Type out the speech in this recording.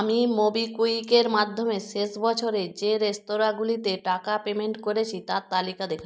আমি মোবিকুইকের মাধ্যমে শেষ বছরে যে রেস্তোরাঁগুলিতে টাকা পেমেন্ট করেছি তার তালিকা দেখা